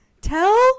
Tell